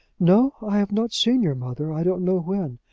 no i have not seen your mother i don't know when.